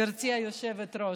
גברתי היושבת-ראש.